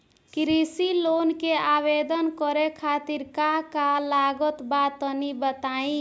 कृषि लोन के आवेदन करे खातिर का का लागत बा तनि बताई?